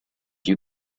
you